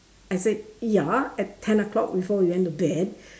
I said ya at ten o-clock before we went to bed